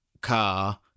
car